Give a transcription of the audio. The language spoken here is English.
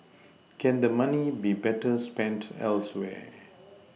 can the money be better spent elsewhere